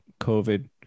COVID